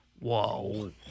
Whoa